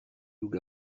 loups